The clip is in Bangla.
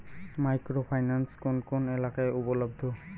মাইক্রো ফাইন্যান্স কোন কোন এলাকায় উপলব্ধ?